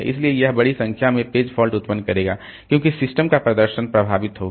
इसलिए यह बड़ी संख्या में पेज फॉल्ट उत्पन्न करेगा क्योंकि सिस्टम का प्रदर्शन प्रभावित होगा